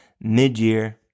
mid-year